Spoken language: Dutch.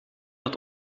het